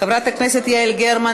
חברת הכנסת יעל גרמן,